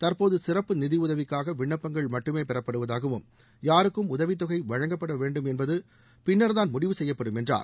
தற்போது சிறப்பு நிதியுதவிக்காக விண்ணப்பங்கள் மட்டுமே பெறப்படுவதாகவும் யாருக்கு உதவித்தொகை வழங்கப்பட வேண்டும் என்பது பின்னர்தான் முடிவு செய்யப்படும் என்றார்